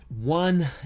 one